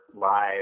live